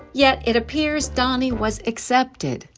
yet it appears donnie was accepted.